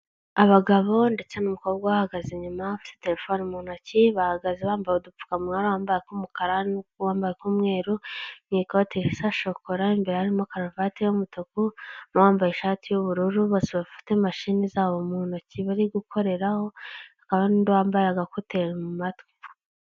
Abagabo ndetse n'umukobwa ubahagaze inyuma bafite telefone mu ntoki, bahagaze bambaye udupfukamunwa, hari uwambaye ak'umukara n'u wambaye ak'umweru, mu ikoti risa shokora imbere harimo karuvati y'umutuku, n'uwambaye ishati y'ubururu bose bafite imashini zabo mu ntoki bari gukoreraho, hakaba n'undi wambaye agakuteri mu matwi.